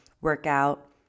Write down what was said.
workout